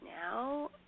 now